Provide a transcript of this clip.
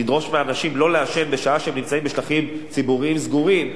לדרוש מאנשים שלא לעשן בשעה שהם נמצאים בשטחים ציבוריים סגורים,